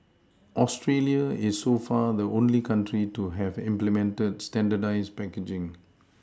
Australia is so far the only country to have implemented standardised packaging